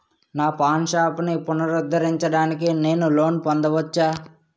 నా పాన్ షాప్ని పునరుద్ధరించడానికి నేను లోన్ పొందవచ్చా?